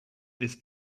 this